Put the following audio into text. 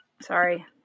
Sorry